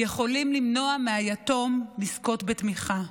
יכולות למנוע מהיתום לזכות בתמיכה.